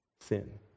sin